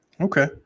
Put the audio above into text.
Okay